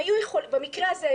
במקרה הזה,